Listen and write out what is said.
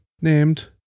named